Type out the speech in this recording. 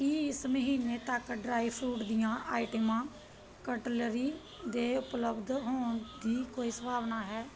ਕੀ ਇਸ ਮਹੀਨੇ ਤੱਕ ਡਰਾਈਫਰੂਟ ਦੀਆਂ ਆਈਟਮਾਂ ਕਟਲਰੀ ਦੇ ਉਪਲੱਬਧ ਹੋਣ ਦੀ ਕੋਈ ਸੰਭਾਵਨਾ ਹੈ